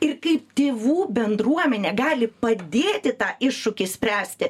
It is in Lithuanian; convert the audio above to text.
ir kaip tėvų bendruomenė gali padėti tą iššūkį spręsti